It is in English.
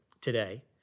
today